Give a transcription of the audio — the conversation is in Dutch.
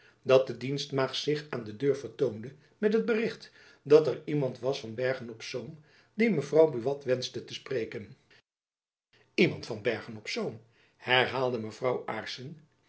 dat de dienstmaagd zich aan de deur vertoonde met het bericht dat er iemand was van bergen-op-zoom die mevrouw buat wenschte te spreken iemand van bergen-op-zoom herhaalde